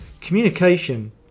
communication